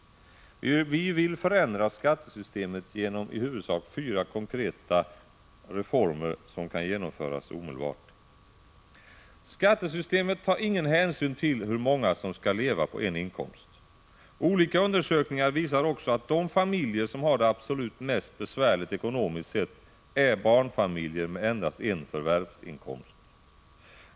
Vi vill förändra skattesystemet genom i huvudsak fyra konkreta reformer som kan genomföras omedelbart: —- Skattesystemet tar ingen hänsyn till hur många som skall leva på en inkomst. Olika undersökningar visar också att de familjer som har det absolut mest besvärligt ekonomiskt sett är barnfamiljer med endast en förvärvsinkomst.